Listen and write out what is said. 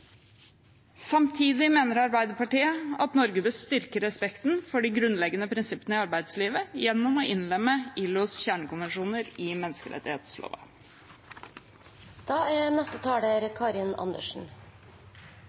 Samtidig mener Arbeiderpartiet at Norge bør styrke respekten for de grunnleggende prinsippene i arbeidslivet gjennom å innlemme ILOs kjernekonvensjoner i menneskerettsloven. Ryddige og trygge forhold i arbeidslivet er